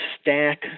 stack